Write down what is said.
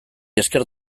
esker